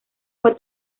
fue